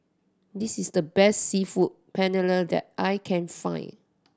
this is the best Seafood Paella that I can find